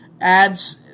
ads